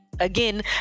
again